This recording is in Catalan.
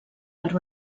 per